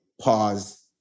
pause